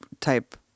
type